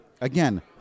again